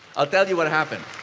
i'll tell you what happened.